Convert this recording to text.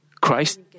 Christ